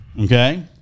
okay